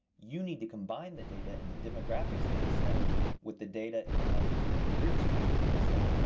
you need to combine the data in the demographics data set with the data in the longitudinal grip strength data set.